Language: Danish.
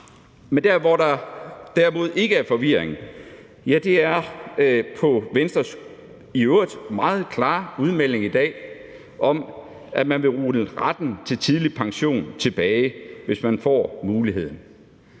Men der, hvor der derimod ikke er forvirring, er med hensyn til Venstres i øvrigt meget klare udmelding i dag om, at man vil rulle retten til tidlig pension tilbage, hvis man får muligheden.